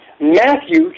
Matthew